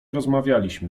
rozmawialiśmy